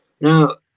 Now